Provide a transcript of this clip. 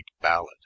ballad